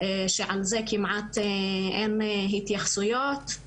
שעל זה כמעט אין התייחסויות.